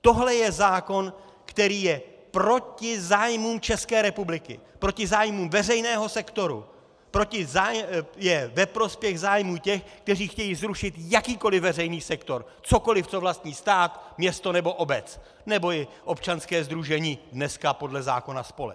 Tohle je zákon, který je proti zájmům České republiky, proti zájmům veřejného sektoru, je ve prospěch zájmů těch, kteří chtějí zrušit jakýkoliv veřejný sektor, cokoliv, co vlastní stát, město nebo obec nebo i občanské sdružení, dneska podle zákona spolek.